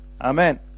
amen